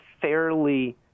fairly